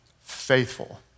faithful